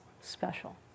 special